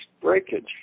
breakage